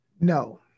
No